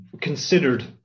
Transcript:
considered